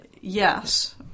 yes